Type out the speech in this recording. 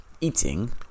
eating